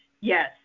Yes